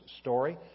story